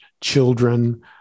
children